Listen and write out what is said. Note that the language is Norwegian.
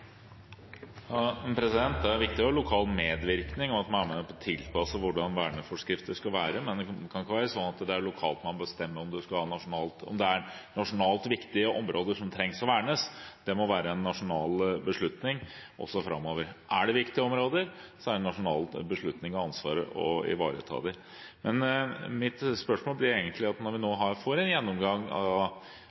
med på å tilpasse hvordan verneforskrifter skal være. Men det kan ikke være slik at man bestemmer lokalt om det er nasjonalt viktige områder som trengs å vernes. Det må være en nasjonal beslutning også framover. Er det viktige områder, er det et nasjonalt ansvar å beslutte å ivareta dem. Men mitt spørsmål dreier seg egentlig om at når vi nå får en marin verneplan og de 36 områdene får en gjennomgang,